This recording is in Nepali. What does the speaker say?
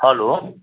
हेलो